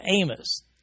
Amos